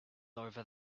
over